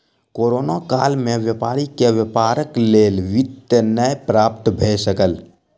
corona काल में व्यापारी के व्यापारक लेल वित्त नै प्राप्त भ सकल